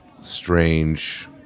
strange